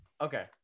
Okay